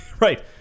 right